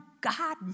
God